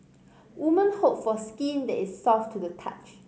women hope for skin that is soft to the touch